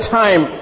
time